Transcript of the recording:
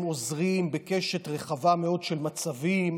והם עוזרים בקשת רחבה מאוד של מצבים,